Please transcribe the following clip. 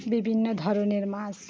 বিভিন্ন ধরনের মাছ